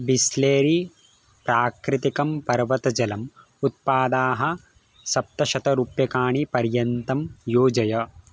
Bisleri प्राकृतिकं पर्वतजलम् उत्पादाः सप्तशतरूप्यकाणि पर्यन्तं योजय